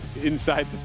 Inside